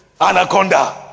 anaconda